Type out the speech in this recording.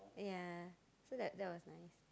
yeah so that that was nice